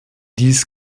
dies